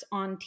on